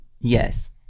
Yes